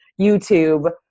YouTube